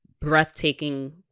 breathtaking